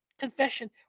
confession